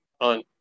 on